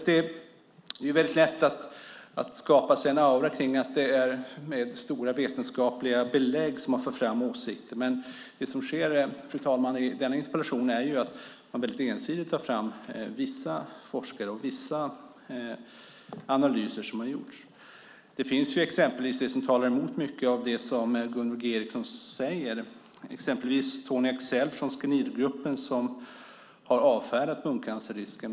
Det är väldigt lätt att skapa sig en aura av att det är med starka vetenskapliga belägg som man för fram åsikter, men det som sker i denna interpellation, fru talman, är att man väldigt ensidigt för fram vissa forskare och vissa analyser som har gjorts. Det finns det som talar emot mycket av det som Gunvor G Ericson säger. Tony Axéll från Scenihrgruppen har exempelvis avfärdat muncancerrisken.